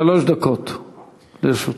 שלוש דקות לרשותך.